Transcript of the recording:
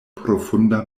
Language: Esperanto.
profunda